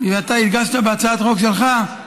אתה הדגשת בהצעת החוק שלך,